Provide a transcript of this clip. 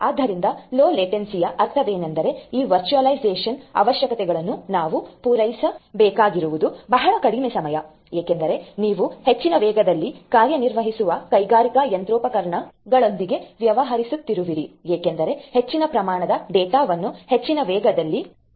ಆದ್ದರಿಂದ ಲೊಲೇಟೆನ್ಸಿಯ ಅರ್ಥವೇಂದ್ರ ಈ ವರ್ಚುವಲೈಸೇಶನ್ ಅವಶ್ಯಕತೆಗಳನ್ನು ನಾವು ಪೂರೈಸಬೇಕಾಗಿರುವುದು ಬಹಳ ಕಡಿಮೆ ಸಮಯ ಏಕೆಂದರೆ ನೀವು ಹೆಚ್ಚಿನ ವೇಗದಲ್ಲಿ ಕಾರ್ಯನಿರ್ವಹಿಸುವ ಕೈಗಾರಿಕಾ ಯಂತ್ರೋಪಕರಣಗಳೊಂದಿಗೆ ವ್ಯವಹರಿಸುತ್ತಿರುವಿರಿ ಏಕೆಂದರೆ ಹೆಚ್ಚಿನ ಪ್ರಮಾಣದ ಡೇಟಾವನ್ನು ಹೆಚ್ಚಿನ ವೇಗದಲ್ಲಿ ನಡೆಯುತದೆ